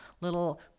little